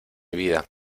vida